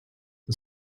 the